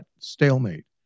stalemate